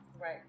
Right